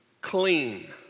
clean